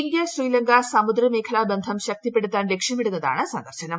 India Sri Lanka സമുദ്ര മേഖലാ ബന്ധം ശക്തിപ്പെടുത്താൻ ലക്ഷ്യമിടുന്നതാണ് സന്ദർശനം